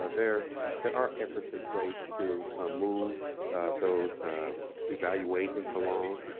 ah there there are efforts in place to move those evaluations along.